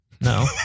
No